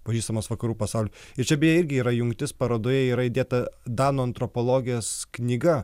pažįstamos vakarų pasauliui tai čia beje irgi yra jungtis parodoje yra įdėta danų antropologės knyga